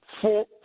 Four